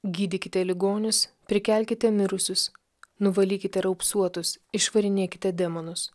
gydykite ligonius prikelkite mirusius nuvalykite raupsuotus išvarinėkite demonus